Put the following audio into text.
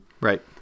Right